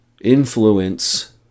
influence